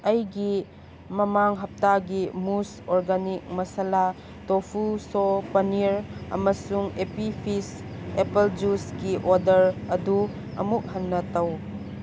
ꯑꯩꯒꯤ ꯃꯃꯥꯡ ꯍꯞꯇꯥꯒꯤ ꯃꯨꯖ organic masala tofu soy paneer ꯑꯃꯁꯨꯡ ꯑꯦ ꯄꯤ ꯐꯤꯖ ꯖꯨꯁꯀꯤ ꯑꯣꯗꯔ ꯑꯗꯨ ꯑꯃꯨꯛ ꯍꯟꯅ ꯇꯧ